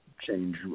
change